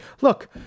Look